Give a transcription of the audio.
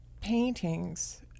paintings